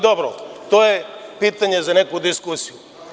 Dobro, to je pitanje za neku diskusiju.